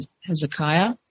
Hezekiah